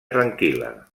tranquil·la